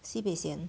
sibeh sian